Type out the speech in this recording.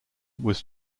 was